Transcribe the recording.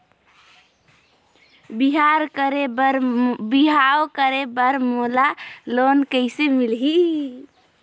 बिहाव करे बर मोला लोन कइसे मिलही?